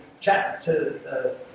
chapter